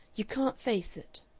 you can't face it.